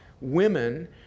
women